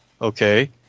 okay